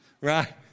Right